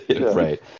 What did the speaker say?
right